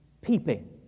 peeping